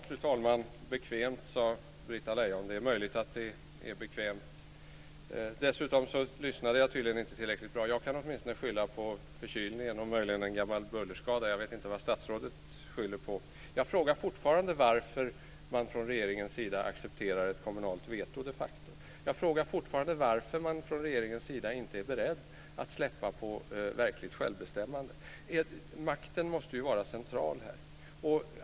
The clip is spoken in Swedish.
Fru talman! Bekvämt, sade Britta Lejon. Det är möjligt att det är bekvämt. Dessutom lyssnade jag tydligen inte tillräckligt noga. Jag kan åtminstone skylla på förkylningen och möjligen en gammal bullerskada. Jag vet inte vad statsrådet skyller på. Jag frågar fortfarande varför man från regeringens sida accepterar ett kommunalt veto de facto. Jag frågar fortfarande varför man från regeringens sida inte är beredd att släppa på verkligt självbestämmande. Makten måste ju vara central här.